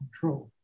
control